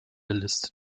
listet